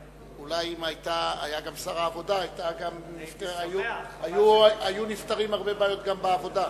אולי אם היה גם שר העבודה היו נפתרות הרבה בעיות גם בעבודה.